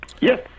Yes